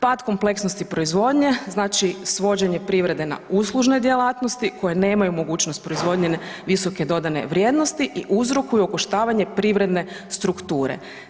Pad kompleksnosti proizvodnje znači svođenje privrede na uslužne djelatnosti koje nemaju mogućnost proizvodnje visoke dodatne vrijednost i uzrokuju okoštavanje privredne strukture.